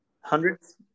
Hundreds